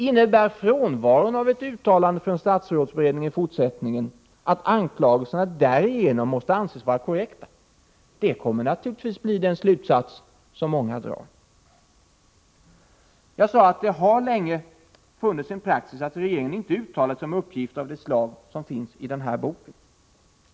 Innebär frånvaron av ett uttalande från statsrådsberedningen i fortsättningen att anklagelserna därigenom måste anses vara korrekta? Det kommer naturligtvis att bli den slutsats som många drar. Jag sade att det länge har funnits en praxis att regeringen inte uttalar sig om uppgifter av det slag som finns i den här boken.